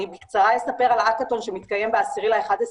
אני בקצרה אספר על ההקאתון שמתקיים ב-10.11,